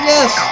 Yes